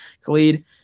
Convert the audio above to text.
Khalid